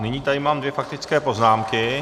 Nyní tady mám dvě faktické poznámky.